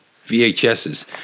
vhs's